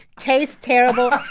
tastes terrible?